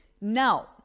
now